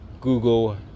Google